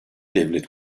devlet